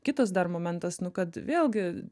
kitas dar momentas nu kad vėlgi